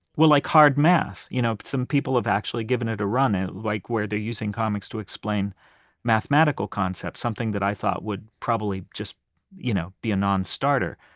well, like hard math, you know some people have actually given it a run, like where they're using comics to explain mathematical concepts. something that i thought would probably just you know be a nonstarter,